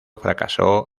fracasó